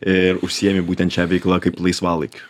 ir užsiimti būtent šia veikla kaip laisvalaikiu